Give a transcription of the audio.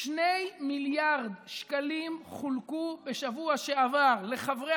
2 מיליארד שקלים חולקו בשבוע שעבר לחברי